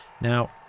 Now